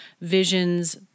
visions